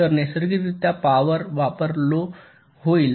तर नैसर्गिकरित्या पॉवर वापर लो होईल